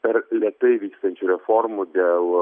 per lėtai vykstančių reformų dėl